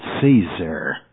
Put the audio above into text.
Caesar